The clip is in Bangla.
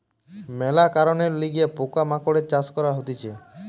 মেলা কারণের লিগে পোকা মাকড়ের চাষ করা হতিছে